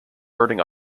birding